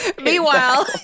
Meanwhile